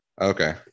Okay